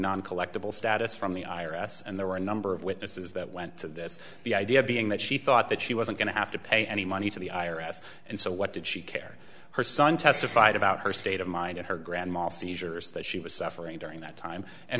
non collectable status from the i r s and there were a number of witnesses that went to this the idea being that she thought that she wasn't going to have to pay any money to the i r s and so what did she care her son testified about her state of mind and her grandma seizures that she was suffering during that time